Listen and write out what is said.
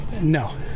No